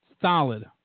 Solid